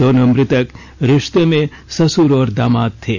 दोनों मृतक रिश्ते में ससुर और दामाद थे